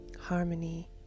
harmony